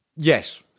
Yes